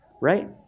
right